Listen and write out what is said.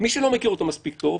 מי שלא מכיר אותה טוב מספיק,